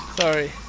Sorry